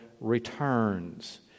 returns